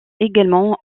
également